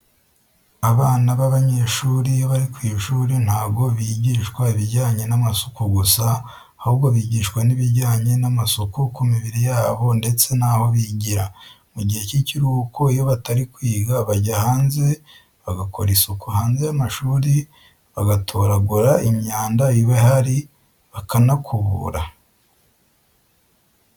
Abana b'abanyeshuri iyo bari ku ishuri ntago bigishwa ibijyanye n'amasuku gusa, ahubwo bigishwa n'ibijyanye n'amasuku ku mibiriri yabo ndetse naho bigira. Mugihe cy'ikiruhuko iyo batari kwiga, bajya hanze bagakora isuku hanze y'amashuri, bagatoragura imyanda iba ihari, bakanakubura.